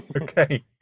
Okay